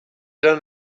done